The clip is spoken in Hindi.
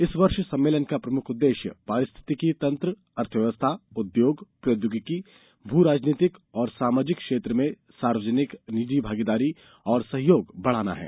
इस वर्ष सम्मेलन का प्रमुख उद्देश्य पारिस्थितिकीय तंत्र अर्थव्यवस्था उद्योग प्रौद्योगिकी भू राजनीतिक और सामाजिक क्षेत्रों में सार्वजनिक निजी भागीदारी और सहयोग बढ़ाना है